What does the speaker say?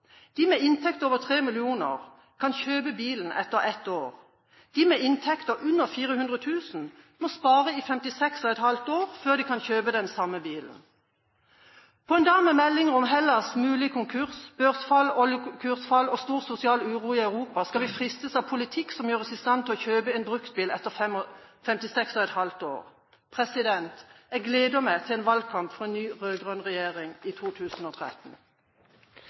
De med inntekt over 3 mill. kr kan kjøpe bilen etter ett år. De med inntekter under 400 000 kr må spare i 56,5 år før de kan kjøpe den samme bilen. På en dag med meldinger om Hellas’ mulige konkurs, børsfall, oljekursfall og stor sosial uro i Europa skal vi fristes av politikk som gjør oss i stand til å kjøpe en bruktbil etter 56,5 år. Jeg gleder meg til en valgkamp for en ny rød-grønn regjering i 2013!